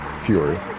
fury